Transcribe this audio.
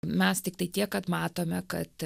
mes tiktai tiek kad matome kad